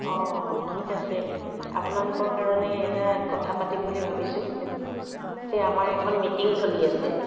অঁ ঠিক আছে আপোনালোকৰ কাৰণে এটা কথা পাতিম বুলি ভাবিছো যে আমাৰ এখন মিটিং চলি আছে